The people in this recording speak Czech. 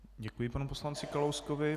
Děkuji panu poslanci Kalouskovi.